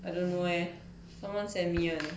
I don't know eh someone sent me [one]